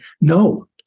no